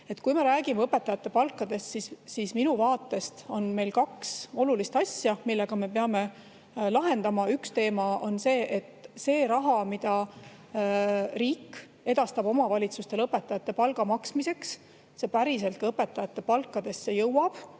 Kui me räägime õpetajate palkadest, siis minu vaatest on meil kaks olulist asja, mille me peame lahendama. Üks teema on see, et see raha, mida riik edastab omavalitsustele õpetajate palga maksmiseks, päriselt õpetajate palkadesse jõuab,